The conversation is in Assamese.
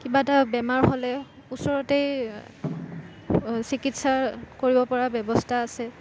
কিবা এটা বেমাৰ হ'লে ওচৰতেই চিকিৎসাৰ কৰিব পৰা ব্যৱস্থা আছে